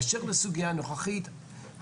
באשר לסוגייה הנוכחית,